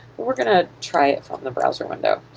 we're gonna try it on the browser window.